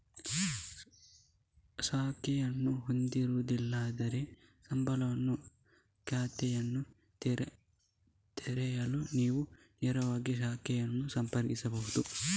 ಖಾತೆಯನ್ನು ಹೊಂದಿಲ್ಲದಿದ್ದರೆ, ಸಂಬಳ ಖಾತೆಯನ್ನು ತೆರೆಯಲು ನೀವು ನೇರವಾಗಿ ಶಾಖೆಯನ್ನು ಸಂಪರ್ಕಿಸಬಹುದು